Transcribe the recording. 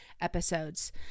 episodes